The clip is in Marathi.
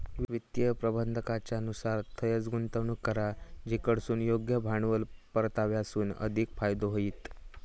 वित्तीय प्रबंधाकाच्या नुसार थंयंच गुंतवणूक करा जिकडसून योग्य भांडवल परताव्यासून अधिक फायदो होईत